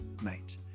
mate